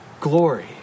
glory